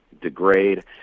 degrade